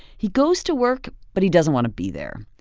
he goes to work, but he doesn't want to be there.